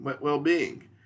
well-being